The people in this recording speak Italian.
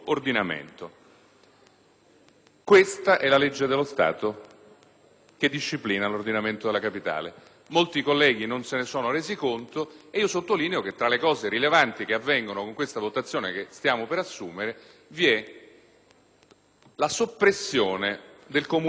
Questa è la legge dello Stato che disciplina l'ordinamento della capitale: molti colleghi non se ne sono resi conto. Sottolineo che, tra le cose rilevanti che avvengono con questa votazione che stiamo per assumere, vi è la soppressione del Comune di Roma,